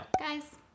Guys